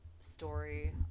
story